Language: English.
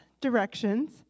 directions